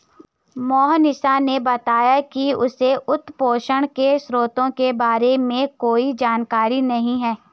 मोहनीश ने बताया कि उसे वित्तपोषण के स्रोतों के बारे में कोई जानकारी नही है